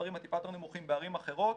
ולמספרים הטיפה יותר נמוכים בערים אחרות,